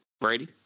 brady